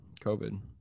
covid